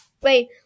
Wait